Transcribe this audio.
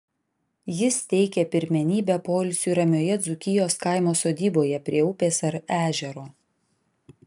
jis teikia pirmenybę poilsiui ramioje dzūkijos kaimo sodyboje prie upės ar ežero